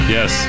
Yes